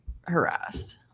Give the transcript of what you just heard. harassed